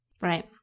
Right